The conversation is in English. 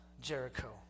Jericho